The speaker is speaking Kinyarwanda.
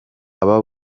aba